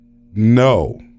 no